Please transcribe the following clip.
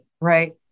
right